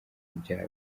ibyaha